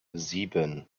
sieben